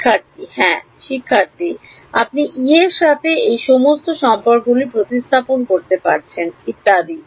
শিক্ষার্থী হ্যাঁ শিক্ষার্থী আপনি E এর সাথে এই সমস্তগুলি প্রতিস্থাপন করতে যাচ্ছেন ইত্যাদি